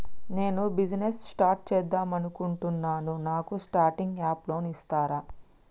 నేను business start చేద్దామనుకుంటున్నాను నాకు స్టార్టింగ్ అప్ లోన్ ఇస్తారా?